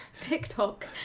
TikTok